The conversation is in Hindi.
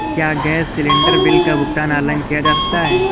क्या गैस सिलेंडर बिल का भुगतान ऑनलाइन किया जा सकता है?